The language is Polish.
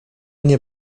nie